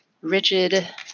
rigid